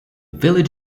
village